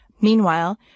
Meanwhile